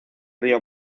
río